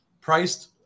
priced